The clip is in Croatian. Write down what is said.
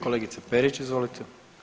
Kolegice Perić izvolite.